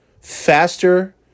Faster